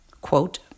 Quote